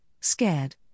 scared